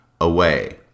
away